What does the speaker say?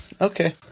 Okay